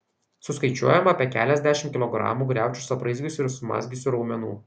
suskaičiuojama apie keliasdešimt kilogramų griaučius apraizgiusių ir sumazgiusių raumenų